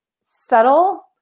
subtle